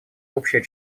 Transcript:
общее